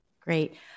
Great